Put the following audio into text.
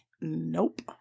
nope